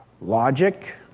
logic